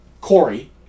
Corey